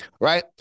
Right